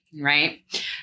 Right